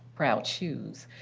proud shoes.